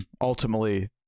ultimately